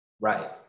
Right